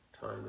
Time